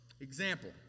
Example